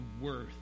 worth